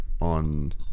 on